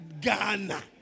Ghana